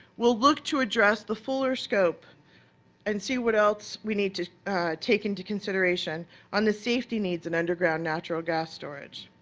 we'll look to address the fuller scope and see what else we need to take into consideration on the safety needs of and underground natural gas storage.